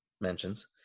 mentions